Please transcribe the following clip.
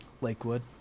Lakewood